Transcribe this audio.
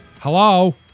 Hello